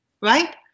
right